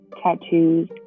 tattoos